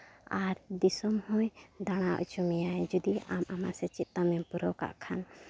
ᱟᱨ ᱫᱤᱥᱚᱢ ᱦᱚᱭ ᱫᱟᱬᱟ ᱦᱚᱪᱚ ᱢᱮᱭᱟᱭ ᱡᱩᱫᱤ ᱟᱢ ᱟᱢᱟᱜ ᱥᱮᱪᱮᱫ ᱛᱟᱢ ᱮᱢ ᱯᱩᱨᱟᱹᱣ ᱠᱟᱜ ᱠᱷᱟᱱ